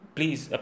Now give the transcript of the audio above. Please